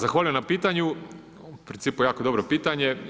Zahvaljujem na pitanju, u principu jako dobro pitanje.